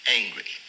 angry